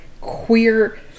queer